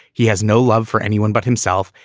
he has no love for anyone but himself,